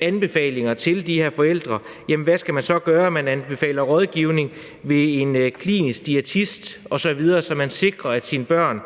anbefalinger til de her forældre om, hvad de så skal gøre. Man anbefaler rådgivning ved en klinisk diætist osv., så man sikrer, at deres børn